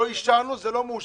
לא אישרנו, זה לא מאושר.